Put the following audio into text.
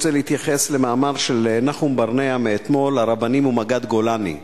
רוצה להתייחס למאמר של נחום ברנע מאתמול: הרבנים ומג"ד גולני.